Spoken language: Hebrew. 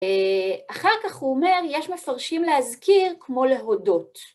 אחר כך הוא אומר, יש מפרשים להזכיר כמו להודות.